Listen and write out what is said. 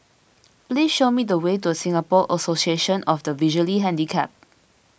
please show me the way to Singapore Association of the Visually Handicapped